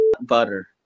butter